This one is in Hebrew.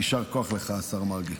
יישר כוח, השר מרגי.